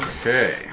Okay